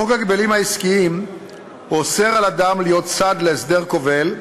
חוק ההגבלים העסקיים אוסר על אדם להיות צד להסדר כובל,